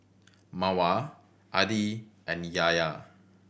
Mawar Adi and Yahya